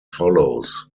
follows